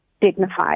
dignified